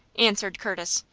answered curtis,